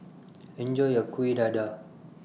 Enjoy your Kuih Dadar